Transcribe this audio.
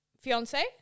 fiance